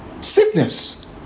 Sickness